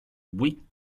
bouygues